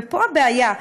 ופה הבעיה,